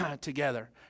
together